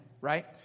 right